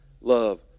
love